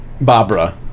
Barbara